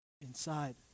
inside